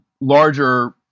larger